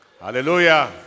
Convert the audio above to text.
hallelujah